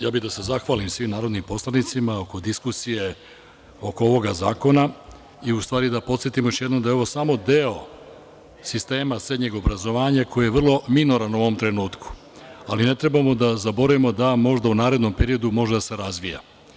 Ja bih da se zahvalim svim narodnim poslanicima na diskusiji oko ovog zakona i, u stvari, da podsetim još jednom da je ovo samo deo sistema srednjeg obrazovanja koji je vrlo minoran u ovom trenutku, ali ne trebamo da zaboravimo da možda u narednom periodu može da se razvija.